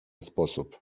sposób